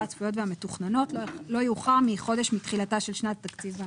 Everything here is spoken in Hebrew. הצפויות והמתוכננות לא יאוחר מחודש מתחילתה של שנת התקציב ההמשכי.